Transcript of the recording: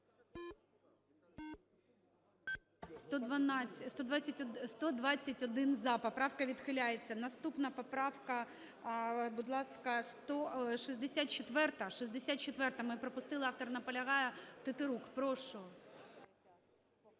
За-121 Поправка відхиляється. Наступна поправка, будь ласка, 64-а. 64-а, ми пропустили. Автор наполягає. Тетерук, прошу.